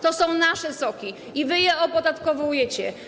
To są nasze soki i wy je opodatkowujecie.